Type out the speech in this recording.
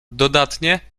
dodatnie